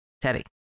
Teddy